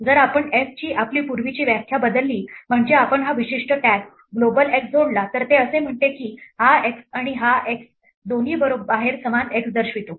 जर आपण f ची आपली पूर्वीची व्याख्या बदलली म्हणजे आपण हा विशिष्ट टॅग ग्लोबल x जोडला तर ते असे म्हणते की हा x आणि हा x दोन्ही बाहेर समान x दर्शवितो